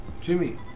Jimmy